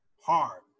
Hard